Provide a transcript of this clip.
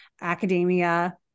academia